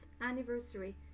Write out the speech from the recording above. anniversary